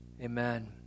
amen